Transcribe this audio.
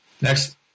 Next